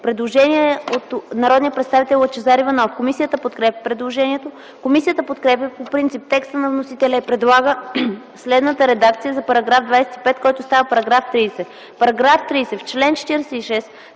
предложение от народния представител Лъчезар Иванов. Комисията подкрепя предложението. Комисията подкрепя по принцип текста на вносителя и предлага следната редакция за § 25, който става § 30: „§ 30. В чл. 46